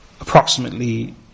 Approximately